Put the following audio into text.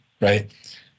right